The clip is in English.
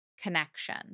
connection